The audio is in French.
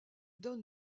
donne